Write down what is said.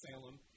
Salem